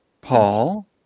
Paul